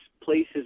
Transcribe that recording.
places